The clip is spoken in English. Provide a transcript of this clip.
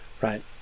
Right